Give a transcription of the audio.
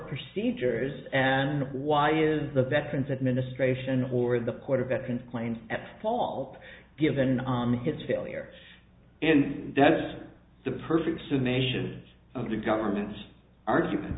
procedures and why is the veterans administration or the quarter veterans planes at fault given on his failure and that's the perfect summation of the government's argument